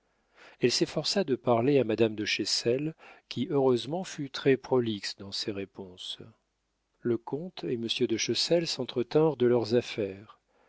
elle s'efforça de parler à madame de chessel qui heureusement fut très prolixe dans ses réponses le comte et monsieur de chessel s'entretinrent de leurs affaires